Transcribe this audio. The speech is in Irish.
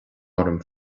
orm